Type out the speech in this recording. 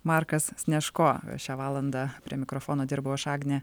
markas snežko šią valandą prie mikrofono dirbau aš agnė